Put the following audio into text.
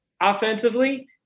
offensively